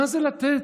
מה זה לתת,